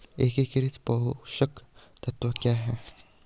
एकीकृत पोषक तत्व क्या है?